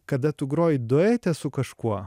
kada tu groji duete su kažkuo